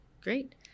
great